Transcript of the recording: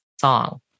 song